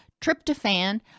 tryptophan